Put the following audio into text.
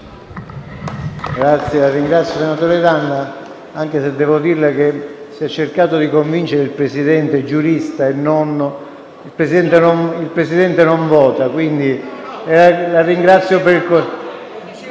La ringrazio, senatore D'Anna, anche se devo dirle che si è cercato di convincere il Presidente, giurista e nonno,